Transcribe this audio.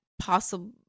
possible